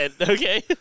okay